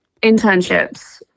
internships